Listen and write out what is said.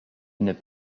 une